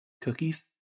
Cookies